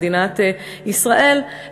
מדינת ישראל,